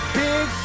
big